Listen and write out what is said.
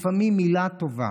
לפעמים מילה טובה,